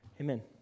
Amen